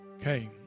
Okay